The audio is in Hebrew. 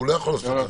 לא, לא.